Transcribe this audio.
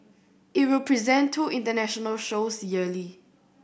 it will present two international shows yearly